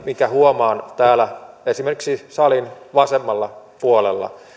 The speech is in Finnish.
minkä huomaan näiden kulttuuristen kysymysten kohdalla täällä esimerkiksi salin vasemmalla puolella